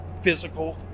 physical